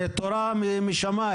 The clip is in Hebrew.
זה תורה משמיים.